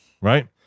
right